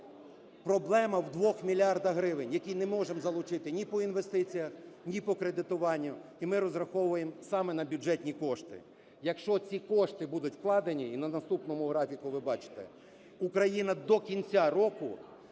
Проблема в 2 мільярдах гривень, які не можемо залучити ні по інвестиціях, ні по кредитуванню. І ми розраховуємо саме на бюджетні кошти. Якщо ці кошти будуть вкладені, і на наступному графіку ви бачите, Україна до кінця року